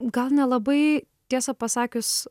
gal nelabai tiesą pasakius